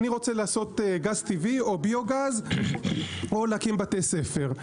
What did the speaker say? אני רוצה לעשות גז טבעי או ביו-גז או להקים בתי ספר,